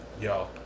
Yo